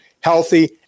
healthy